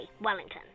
Wellington